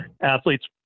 athletes